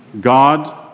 God